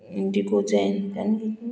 indigo zen